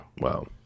Wow